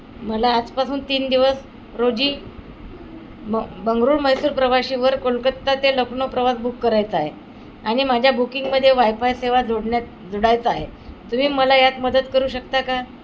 मला आजपासून तीन दिवस रोजी ब बंगळुरू मैसूर प्रवाशीवर कोलकत्ता ते लखनौ प्रवास बुक करायचा आहे आणि माझ्या बुकिंगमध्ये वाय फाय सेवा जोडण्यात जोडायचा आहे तुम्ही मला यात मदत करू शकता का